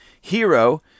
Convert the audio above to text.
Hero